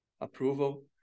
approval